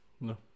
no